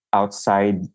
outside